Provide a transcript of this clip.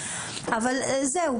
אבל זהו.